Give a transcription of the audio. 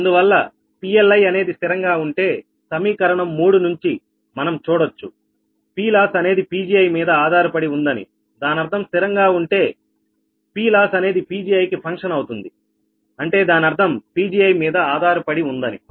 అందువల్ల PLi అనేది స్థిరంగా ఉంటే సమీ కరణం మూడు నుంచి మనం చూడొచ్చు PLoss అనేది Pgi మీద ఆధారపడి ఉందని దానర్థం స్థిరంగా ఉంటే PLoss అనేది Pgi కి ఫంక్షన్ అవుతుంది అంటే దాని అర్థం Pgi మీద ఆధారపడి ఉందని